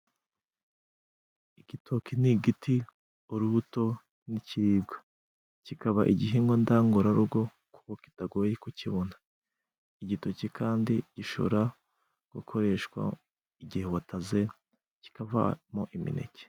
Igitoki ni igiti, urubuto, n'ikiribwa, kikaba igihingwa ngandurarugo, kuko kitagoye kukibona, igitoki kandi gishobora gukoreshwa igihe wataze, kikavamo imineke.